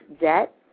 debt